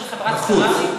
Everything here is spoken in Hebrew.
של חברת פרארי.